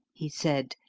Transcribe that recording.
he said,